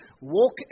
Walk